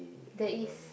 there is